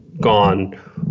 gone